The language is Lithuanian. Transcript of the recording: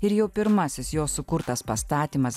ir jau pirmasis jos sukurtas pastatymas